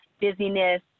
dizziness